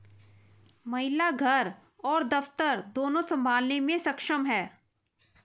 महिला घर और दफ्तर दोनो संभालने में सक्षम हैं